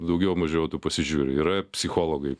daugiau mažiau tu pasižiūri yra psichologai